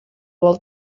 vol